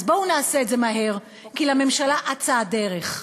אז בואו נעשה את זה מהר, כי לממשלה אצה הדרך.